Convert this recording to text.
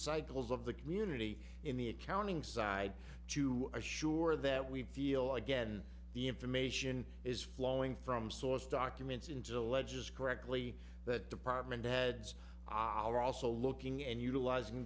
cycles of the community in the accounting side to assure that we wiil again the information is flowing from source documents into alleges correctly that department heads ali are also looking and utilizing